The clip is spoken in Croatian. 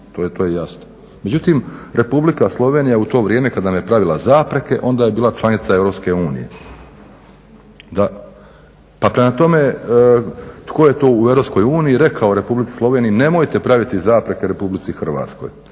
To je jasno. Međutim Republika Slovenija u to vrijeme kad nam je pravila zapreke onda je bila članica EU, da, pa prema tome tko je to u EU rekao u Republici Sloveniji nemojte praviti zapreke RH. Mi se